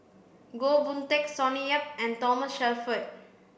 Goh Boon Teck Sonny Yap and Thomas Shelford